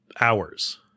hours